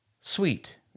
sweet